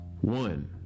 one